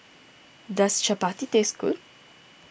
does Chapati taste good